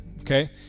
okay